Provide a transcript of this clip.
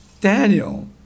Daniel